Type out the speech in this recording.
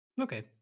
Okay